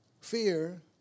Fear